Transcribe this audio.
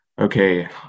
Okay